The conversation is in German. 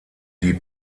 die